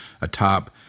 atop